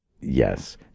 Yes